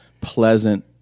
pleasant